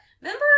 Remember